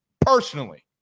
Personally